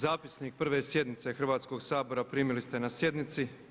Zapisnik 1. sjednice Hrvatskog sabora primili ste na sjednici.